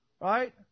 right